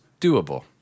doable